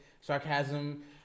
sarcasm